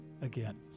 again